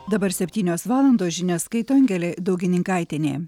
dabar septynios valandos žinias skaito angelė daugininkaitienė